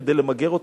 כדי למגר אותה.